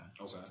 Okay